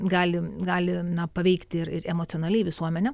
gali gali paveikti ir emocionaliai visuomenę